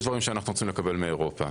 יש דברים שאנחנו צריכים לקבל מאירופה.